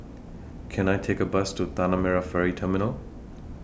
Can I Take A Bus to Tanah Merah Ferry Terminal